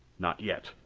not yet.